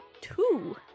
Two